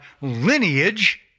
lineage